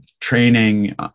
training